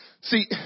See